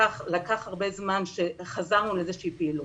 לקח הרבה זמן עד שחזרנו לאיזושהי פעילות,